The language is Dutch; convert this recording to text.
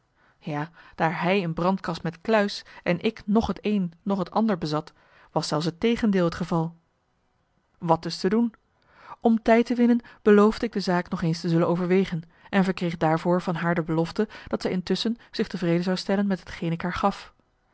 ja daar hij een brandkast met kluis en ik noch het een noch het ander bezat was zelfs het tegendeel het geval wat dus te doen om tijd te winnen beloofde ik de zaak nog eens te zullen overwegen en verkreeg daarvoor van haar de belofte dat zij intusschen zich tevreden zou stellen met hetgeen ik haar gaf